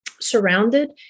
surrounded